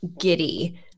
giddy